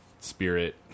spirit